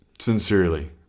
Sincerely